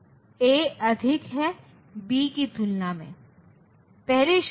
इसलिए यहां आउटपुट केवल वर्तमान इनपुट पर निर्भर करता है